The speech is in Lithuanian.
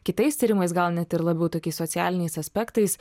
kitais tyrimais gal net ir labiau tokiais socialiniais aspektais